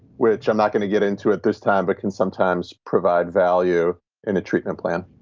which i'm not going to get into at this time, but can sometimes provide value in a treatment plan.